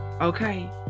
Okay